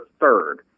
third